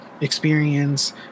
experience